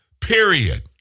Period